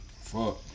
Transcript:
Fuck